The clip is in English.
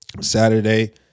Saturday